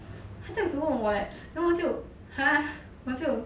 他这样子问我 leh then 我就 !huh! 我就